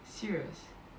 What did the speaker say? serious